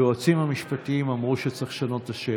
היועצים המשפטיים אמרו שצריך לשנות את השם.